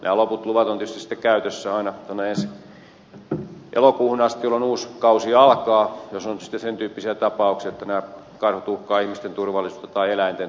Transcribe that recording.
nämä loput luvat ovat tietysti sitten käytössä aina tuonne ensi elokuuhun asti jolloin uusi kausi alkaa jos on sitten sen tyyppisiä tapauksia että nämä karhut uhkaavat ihmisten turvallisuutta tai eläinten turvallisuutta